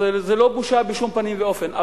זה לא בושה בשום פנים ואופן,